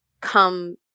come